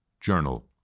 journal